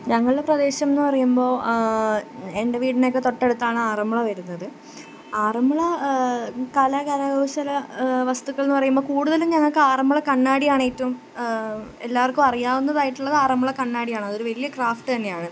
ഞങ്ങളുടെ പ്രദേശമെന്ന് പറയുമ്പോൾ എന്റെ വീടിനൊക്കെ തൊട്ടടുത്താണ് ആറമ്മുള വരുന്നത് ആറമ്മുള കല കരകൗശല വസ്തുക്കളെന്ന് പറയുമ്പം കൂടുതലും ഞങ്ങൾക്ക് ആറമ്മുള കണ്ണാടിയാണേറ്റവും എല്ലാർക്കുമറിയാവുന്നതായിട്ടുള്ളത് ആറമ്മുള കണ്ണാടിയാണ് അതൊരു വലിയ ക്രാഫ്റ്റ് തന്നെയാണ്